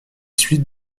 suites